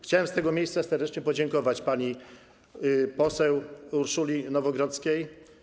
Chciałem z tego miejsca serdecznie podziękować pani poseł Urszuli Nowogrodzkiej.